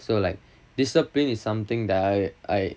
so like discipline that I I